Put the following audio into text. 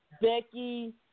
Becky